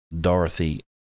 Dorothy